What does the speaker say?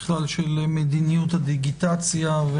של מדיניות הדיגיטציה.